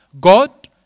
God